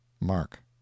Mark